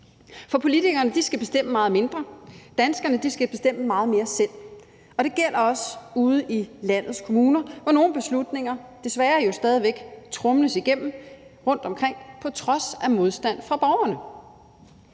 For politikerne skal bestemme meget mindre, danskerne skal bestemme meget mere selv, og det gælder også ude i landets kommuner, hvor nogle beslutninger jo desværre stadig væk tromles igennem rundtomkring på trods af modstand fra borgerne.